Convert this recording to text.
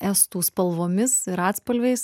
estų spalvomis ir atspalviais